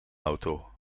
auto